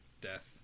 death